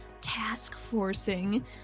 task-forcing